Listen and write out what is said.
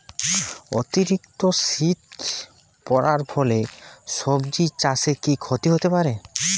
অতিরিক্ত শীত পরার ফলে সবজি চাষে কি ক্ষতি হতে পারে?